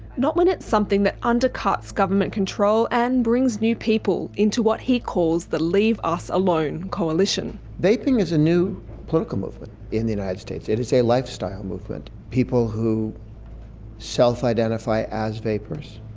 not when it's something that undercuts government control and brings new people into what he calls the leave us alone coalition. vaping is a new political movement in the united states. it is a lifestyle movement. people who self-identify as vapers,